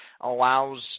allows